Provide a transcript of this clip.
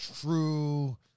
true